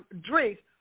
drinks